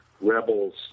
rebels